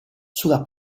sulla